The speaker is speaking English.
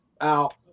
out